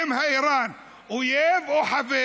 האם איראן אויב או חבר?